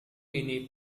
ini